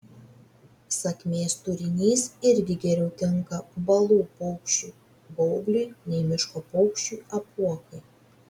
sakmės turinys irgi geriau tinka balų paukščiui baubliui nei miško paukščiui apuokui